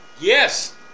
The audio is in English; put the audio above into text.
yes